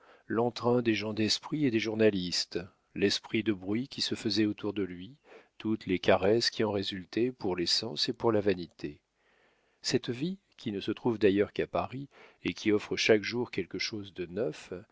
des gens d'esprit et des journalistes l'espèce de bruit qui se faisait autour de lui toutes les caresses qui en résultaient pour les sens et pour la vanité cette vie qui ne se trouve d'ailleurs qu'à paris et qui offre chaque jour quelque chose de neuf